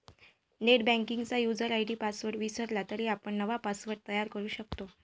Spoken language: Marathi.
नेटबँकिंगचा युजर आय.डी पासवर्ड विसरला तरी आपण नवा पासवर्ड तयार करू शकतो